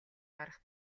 гарах